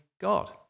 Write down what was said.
God